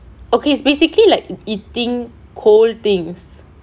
okay is basically like eating cold things